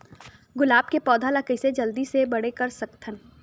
गुलाब के पौधा ल कइसे जल्दी से बड़े कर सकथन?